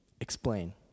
explain